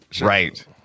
Right